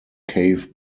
cave